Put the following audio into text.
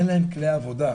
אין להם כלי עבודה,